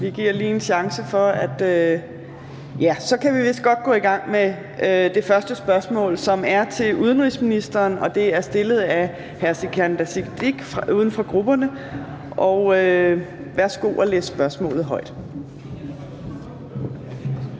Vi giver lige en chance for det. Så kan vi vist godt gå i gang med det første spørgsmål, som er til udenrigsministeren, og det er stillet af hr. Sikandar Siddique (UFG). Kl. 15:04 Spm. nr.